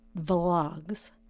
vlogs